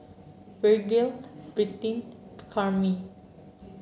Virgle Brittny Camryn